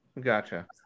Gotcha